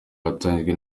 watangijwe